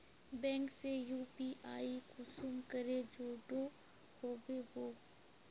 Bank से UPI कुंसम करे जुड़ो होबे बो?